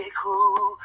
cool